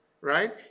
right